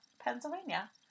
Pennsylvania